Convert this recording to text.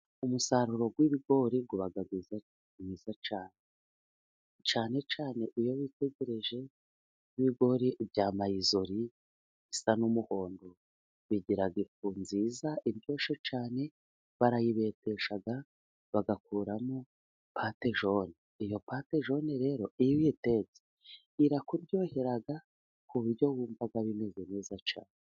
Umusaruro w'ibigori uba mwiza cyane, cyane cyane iyo witegereje nk'ibigori bya mayizori bisa n'umuhondo, bigira ifu nziza iryoshye cyane, barayibetesha bagakuramo patejone. Iyo pate jone rero iyo uyitetse irakuryohera ku buryo wumva bimeze neza cyane.